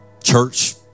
Church